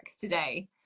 today